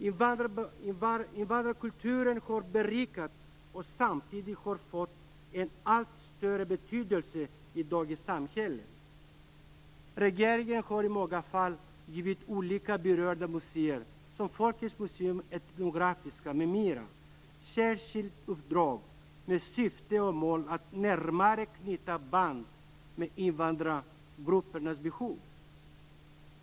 Invandrarkulturen har berikat Sverige och samtidigt fått en allt större betydelse i dagens samhälle. Regeringen har i många fall givit olika berörda museer som Folkens Museum Etnografiska m.m., ett särskilt uppdrag med syfte och mål att närmare knyta band med invandrargruppernas behov.